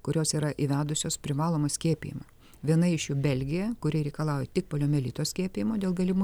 kurios yra įvedusios privalomą skiepijimą viena iš jų belgija kuri reikalauja tik poliomielito skiepijimo dėl galimų